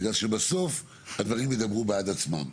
בגלל שבסוף הדברים ידברו בעד עצמם.